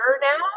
now